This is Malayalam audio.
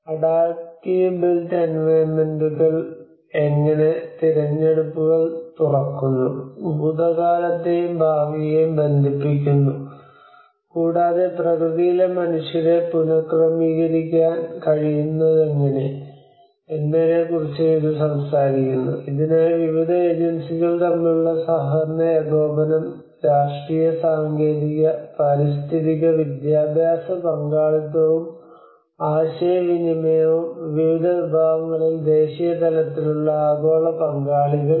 അഡാപ്റ്റീവ് ബിൽറ്റ് എൻവയോൺമെൻറുകൾ എങ്ങനെ തിരഞ്ഞെടുപ്പുകൾ തുറക്കുന്നു ഭൂതകാലത്തെയും ഭാവിയെയും ബന്ധിപ്പിക്കുന്നു കൂടാതെ പ്രകൃതിയിലെ മനുഷ്യരെ പുനക്രമീകരിക്കാൻ കഴിയുന്നതെങ്ങനെ എന്നതിനെക്കുറിച്ചും ഇത് സംസാരിക്കുന്നു ഇതിനായി വിവിധ ഏജൻസികൾ തമ്മിലുള്ള സഹകരണ ഏകോപനം രാഷ്ട്രീയ സാങ്കേതിക പാരിസ്ഥിതിക വിദ്യാഭ്യാസ പങ്കാളിത്തവും ആശയവിനിമയവും വിവിധ വിഭാഗങ്ങളിൽ ദേശീയ തലത്തിലുള്ള ആഗോള പങ്കാളികൾ